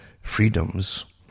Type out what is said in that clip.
freedoms